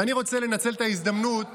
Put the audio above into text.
אני רוצה לנצל את ההזדמנות,